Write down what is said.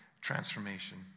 transformation